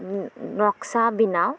ᱱᱚᱠᱥᱟ ᱵᱮᱱᱟᱣ